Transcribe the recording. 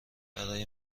برای